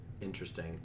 interesting